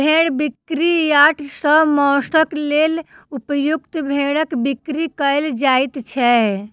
भेंड़ बिक्री यार्ड सॅ मौंसक लेल उपयुक्त भेंड़क बिक्री कयल जाइत छै